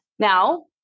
Now